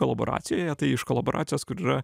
kolaboracijoje tai iš kolaboracijos kur yra